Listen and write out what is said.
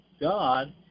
God